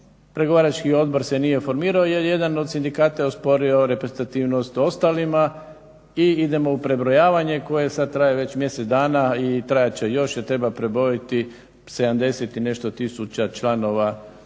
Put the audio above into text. pregovarački odbor se nije formirao jer jedan od sindikata je osporio reprezentativnost ostalima i idemo u prebrojavanje koje sada već traje mjesec dana i trajat će još jer treba prebrojiti 70 i nešto tisuća službenika